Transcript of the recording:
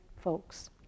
folks